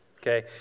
okay